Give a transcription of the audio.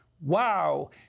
wow